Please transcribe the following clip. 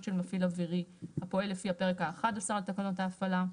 של מפעיל אווירי הפועל לפי הפרק האחד עשר לתקנות ההפעלה".